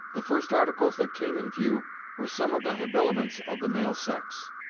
the first articles that came in view were some of the habiliments of the male sex.